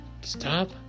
stop